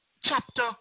chapter